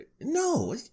No